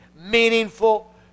meaningful